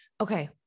okay